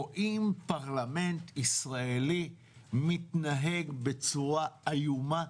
רואים פרלמנט ישראלי מתנהג בצורה איומה,